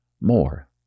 more